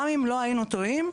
גם אם לא היינו טועים,